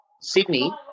Sydney